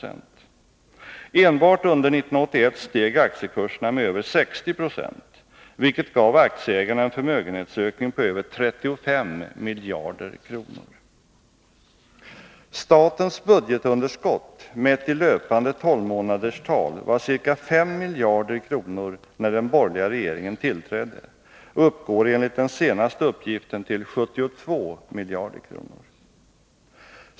Enbart under 1981 steg aktiekurserna med över 60 96, vilket gav aktieägarna en förmögenhetsökning på över 35 miljarder kronor. Statens budgetunderskott mätt i löpande 12-månaderstal var ca 5 miljarder kronor, när den borgerliga regeringen tillträdde, och uppgår enligt den senaste uppgiften till 72 miljarder kronor.